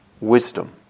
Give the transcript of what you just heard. wisdom